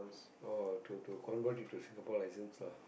oh to to convert it to Singapore license lah